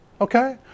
Okay